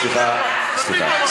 סליחה,